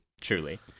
Truly